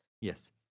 Yes